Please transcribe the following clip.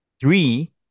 three